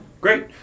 Great